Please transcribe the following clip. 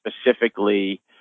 specifically